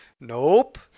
nope